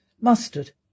mustard